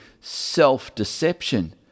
self-deception